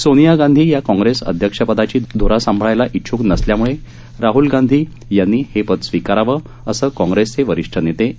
सोनिया गांधी या काँग्रेस अध्यक्षपदाची ध्रा सांभाळायला इच्छुक नसल्याल्यामुळे राहल गांधी यांनीहे पद स्विकारावं असं काँग्रेसचे वरिष्ठ नेते ए